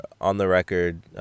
on-the-record